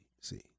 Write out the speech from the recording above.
see